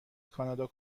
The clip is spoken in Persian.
کانادا